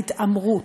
ההתעמרות,